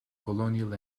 colonial